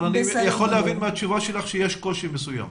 אבל אני יכול להבין מהתשובה שלך שיש קושי מסוים.